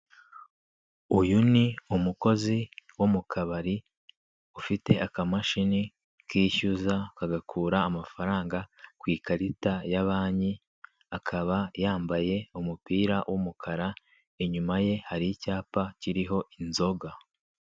Uyu ni umukozi wo mu kabari, ufite akamashini kishyuza kagakura amafaranga ku ikarita ya banki, akaba yambaye umupira w'umukara inyuma ye hari icyapa kiriho inzoga.